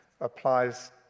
applies